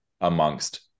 amongst